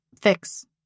fix